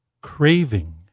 craving